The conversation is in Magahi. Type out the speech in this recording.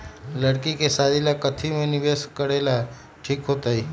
लड़की के शादी ला काथी में निवेस करेला ठीक होतई?